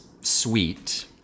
sweet